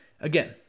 again